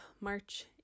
March